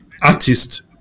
artist